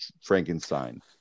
frankenstein